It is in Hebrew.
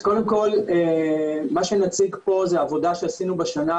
אז קודם כל בואו נדבר על מה הבעיה.